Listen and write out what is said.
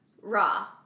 raw